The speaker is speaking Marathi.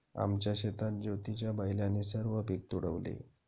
आमच्या शेतात ज्योतीच्या बैलाने सर्व पीक तुडवले